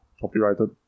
Copyrighted